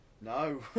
No